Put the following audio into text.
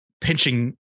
pinching